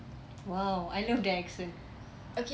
!wow! I love their accent